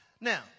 Now